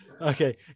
Okay